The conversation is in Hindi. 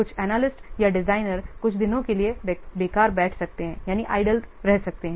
कुछ एनालिस्ट या डिज़ाइनर कुछ दिनों के लिए बेकार बैठ सकते हैं